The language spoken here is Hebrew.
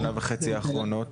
שנה וחצי האחרונות?